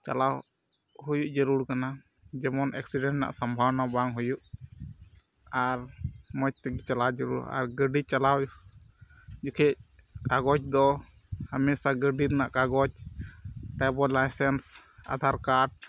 ᱪᱟᱞᱟᱣ ᱦᱩᱭ ᱡᱟᱹᱨᱩᱲ ᱠᱟᱱᱟ ᱡᱮᱢᱚᱱ ᱮᱠᱥᱤᱰᱮᱱᱴ ᱨᱮᱱᱟᱜ ᱥᱚᱢᱵᱷᱚᱵᱚᱱᱟ ᱵᱟᱝ ᱦᱩᱭᱩᱜ ᱟᱨ ᱢᱚᱡᱽ ᱛᱮᱜᱤ ᱪᱟᱞᱟᱣ ᱡᱟᱹᱨᱩᱲ ᱟᱨ ᱜᱟᱹᱰᱤ ᱪᱟᱞᱟᱣ ᱡᱚᱠᱷᱮᱡ ᱠᱟᱜᱚᱡᱽ ᱫᱚ ᱦᱟᱢᱮᱥᱟ ᱜᱟᱹᱰᱤ ᱨᱮᱱᱟᱜ ᱠᱟᱜᱚᱡᱽ ᱰᱨᱟᱭᱵᱷᱤᱝ ᱞᱟᱭᱥᱮᱱᱥ ᱟᱫᱷᱟᱨ ᱠᱟᱨᱰ